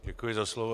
Děkuji za slovo.